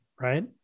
right